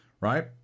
Right